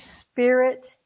spirit